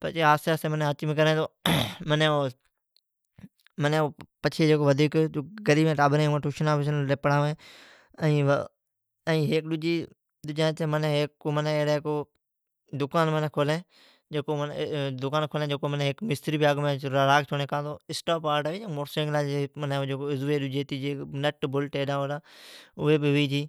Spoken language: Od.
پچھی آھستی آھستی انوں کریں تو معنی تو گریاں جی ٹابریں ائاں ٹوشن پڑھانویں۔ ڈجی ھیک دکان کھولی جکام مستری راکھ چھوڑی کاں تو اسپیر پاڑی موٹرسائیکلاں جی عضوی ڈجی تیجی نٹ بلٹ ھوی چھی،